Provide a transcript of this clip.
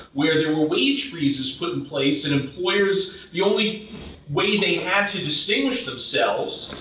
where there were wage freezes put in place and employers. the only way they had to distinguish themselves,